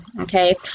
Okay